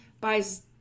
Buys